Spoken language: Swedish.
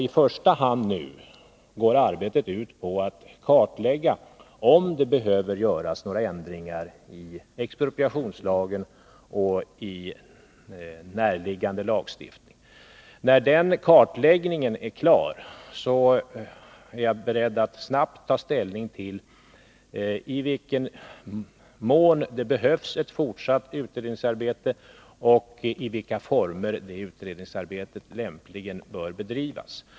I första hand går arbetet ut på att kartlägga om några ändringar i expropriationslagen och i närliggande lagstiftning behöver göras. När den kartläggningen är klar är jag beredd att snabbt ta ställning till i vilken mån det behövs ett fortsatt utredningsarbete och i vilka former ett sådant i så fall lämpligen bör bedrivas.